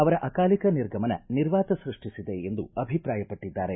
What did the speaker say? ಅವರ ಅಕಾಲಿಕ ನಿರ್ಗಮನ ನಿರ್ವಾತ ಸೃಷ್ಟಿಸಿದೆ ಎಂದು ಅಭಿಪ್ರಾಯಪಟ್ಟದ್ದಾರೆ